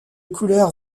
couleur